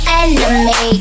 enemy